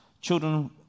children